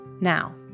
Now